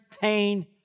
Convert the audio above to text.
pain